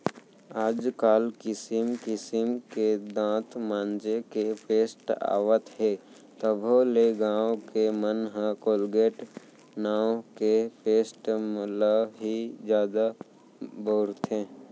आज काल किसिम किसिम के दांत मांजे के पेस्ट आवत हे तभो ले गॉंव के मन ह कोलगेट नांव के पेस्ट ल ही जादा बउरथे